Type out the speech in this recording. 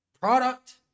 product